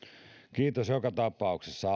kiitos joka tapauksessa